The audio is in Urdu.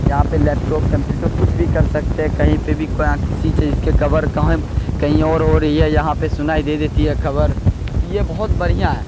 یہاں پہ لیپ ٹاپ کمپیوٹر کچھ بھی کر سکتے ہیں کہیں پہ بھی کسی چیز کے خبر کہاں کہیں اور ہو رہی ہے یہاں پہ سنائی دے دیتی ہے خبر تو یہ بہت بڑھیاں ہے